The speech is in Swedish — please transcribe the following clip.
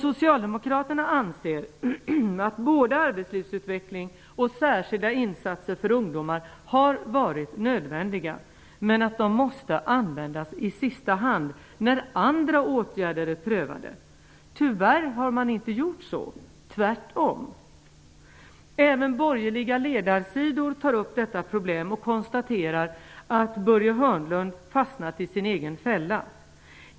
Socialdemokraterna anser att både ALU och särskilda insatser för ungdomar har varit nödvändiga, men att de måste användas i sista hand, när andra åtgärder är prövade. Tyvärr har man inte gjort så -- tvärtom. Även borgerliga ledarsidor tar upp detta problem och konstaterar att Börje Hörnlund har fastnat i sin egen fälla.